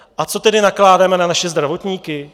A co tedy nakládáme na naše zdravotníky?